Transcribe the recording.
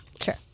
Sure